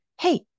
Hey